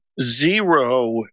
Zero